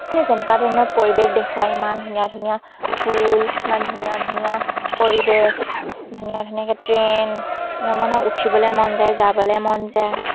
মানে যেনেকুৱা ধৰণৰ পৰিৱেশ দেখুৱাই ইমান ধুনীয়া ধুনীয়া ফুল ইমান ধুনীয়া ধুনীয়া পৰিৱেশ ধুনীয়া ধুনীয়াকৈ ট্ৰেইন মানে উঠিবলৈ মন যায় যাবলৈ মন যায়